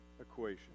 equation